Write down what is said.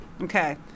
Okay